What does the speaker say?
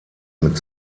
mit